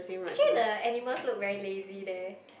actually the animals look very lazy leh